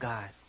God